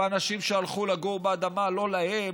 באנשים שהלכו לגור באדמה לא להם,